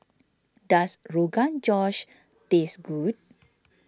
does Rogan Josh taste good